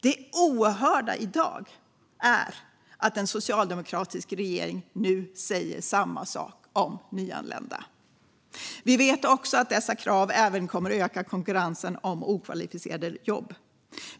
Det oerhörda i dag är att en socialdemokratisk regering nu säger samma sak om nyanlända. Vi vet också att dessa krav även kommer att öka konkurrensen om okvalificerade jobb.